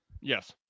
Yes